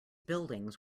buildings